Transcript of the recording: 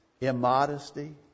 immodesty